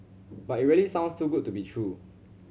but it really sounds too good to be true